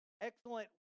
Excellent